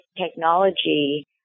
technology